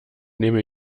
nehme